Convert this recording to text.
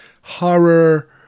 horror